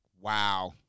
Wow